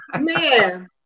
man